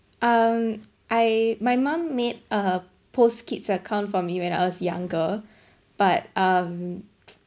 um I my mom made a POSB kid's account for me when I was younger but um